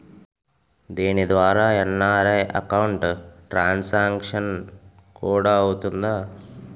దీని ద్వారా NRI account transaction కూడా అవుతుందా?